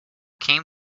came